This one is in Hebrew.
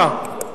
בבקשה.